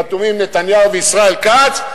חתומים נתניהו וישראל כץ,